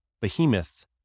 behemoth